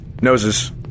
noses